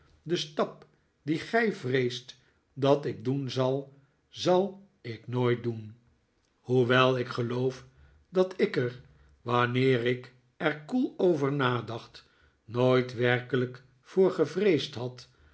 de stap dien gij vreest dat ik doen zal zal ik nooit doen hoewel ik geloof dat ik er wanneer ik er koel over nadacht nooit werkelijk voor gevreesd had